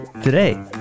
Today